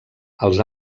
els